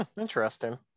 interesting